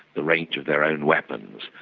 the range of their own weapons,